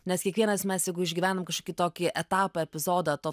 nes kiekvienas mes jeigu išgyvenam kažkokį tokį etapą epizodą to